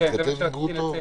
נכון, זה מה שרציתי לציין.